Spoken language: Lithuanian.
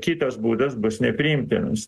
kitas būdas bus nepriimtinas